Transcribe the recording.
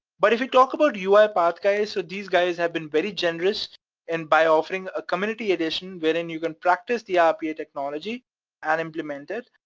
but if you talk about uipath guys, so these guys have been very generous and by offering a community edition wherein and you can practice the rpa technology and implement it,